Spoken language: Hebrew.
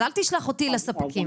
אז, אל תשלח אותי לספקים.